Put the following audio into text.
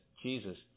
Jesus